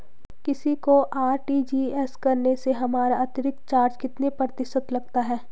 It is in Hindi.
किसी को आर.टी.जी.एस करने से हमारा अतिरिक्त चार्ज कितने प्रतिशत लगता है?